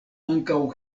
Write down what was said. ankaŭ